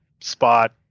spot